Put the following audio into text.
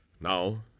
Now